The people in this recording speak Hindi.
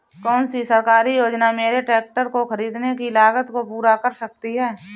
कौन सी सरकारी योजना मेरे ट्रैक्टर को ख़रीदने की लागत को पूरा कर सकती है?